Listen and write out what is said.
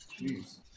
Jeez